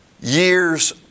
years